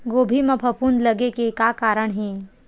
गोभी म फफूंद लगे के का कारण हे?